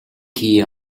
key